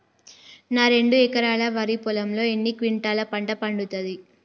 నా రెండు ఎకరాల వరి పొలంలో ఎన్ని క్వింటాలా పంట పండుతది?